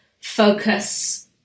focus